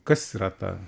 kas yra ta